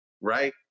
right